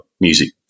music